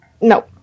no